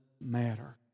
matter